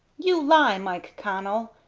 you lie, mike connell,